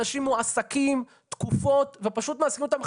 אנשים מועסקים תקופות ופשוט מעסיקים אותם עם